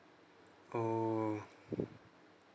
oh